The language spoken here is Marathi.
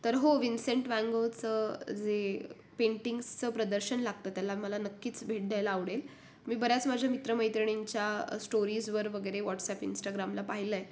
तर हो विन्सेंट वांगोचं जे पेंटिंग्सचं प्रदर्शन लागतं त्याला मला नक्कीच भेट द्यायला आवडेल मी बऱ्याच माझ्या मित्रमैत्रिणींच्या स्टोरीजवर वगैरे व्हॉटसॲप इंस्टाग्रामला पाहिलं आहे